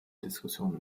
diskussion